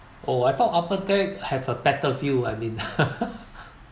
oh I thought after that have a better view I mean